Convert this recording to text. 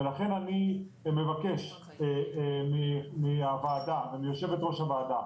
ולכן אני מבקש מהוועדה ומיושבת ראש הוועדה,